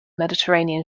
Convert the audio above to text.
mediterranean